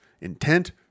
intent